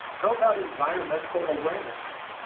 how about environmental awareness?